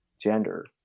gender